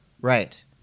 Right